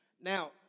Now